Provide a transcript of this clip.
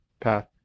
path